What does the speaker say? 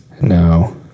no